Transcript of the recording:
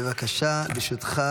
בבקשה, לרשותך